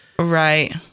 Right